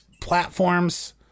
platforms